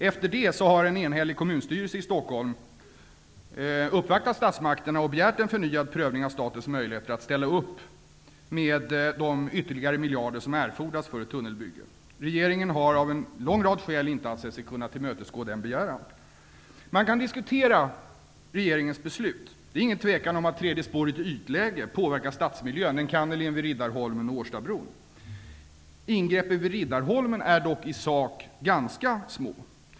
Efter detta har en enhällig kommunstyrelse i Stockholm uppvaktat statsmakterna och begärt en förnyad prövning av statens möjligheter att ställa upp med de ytterligare miljarder som erfordras för ett tunnelbygge. Regeringen har, av en lång rad skäl, inte ansett sig kunna tillmötesgå denna begäran. Man kan diskutera regeringens beslut. Det råder inget tvivel om att tredje spåret i ytläge påverkar stadsmiljön, enkannerligen vid Riddarholmen och vid Årstabron. Ingreppen vid Riddarholmen är dock i sak ganska små.